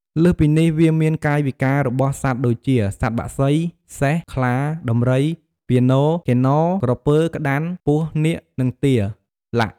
លើសពីនេះវាមានកាយវិការរបស់សត្វដូចជា សត្វបក្សី សេះ ខ្លា ដំរី ពានរ កិន្នរ ក្រពើ ក្តាម ពស់ នាគ និងទា។ល។